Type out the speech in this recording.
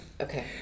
Okay